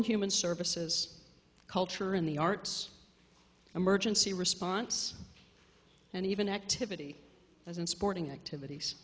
and human services culture in the arts emergency response and even activity as in sporting activities